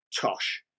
tosh